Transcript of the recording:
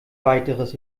weiteres